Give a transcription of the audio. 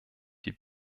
die